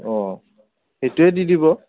অঁ সেইটোৱেই দি দিব